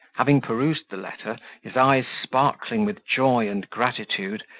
having perused the letter, his eyes sparkling with joy and gratitude,